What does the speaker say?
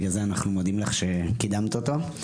בגלל זה אנחנו מודים לך שקידמת אותו.